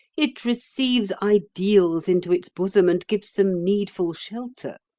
it receives ideals into its bosom and gives them needful shelter.